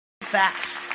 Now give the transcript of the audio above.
facts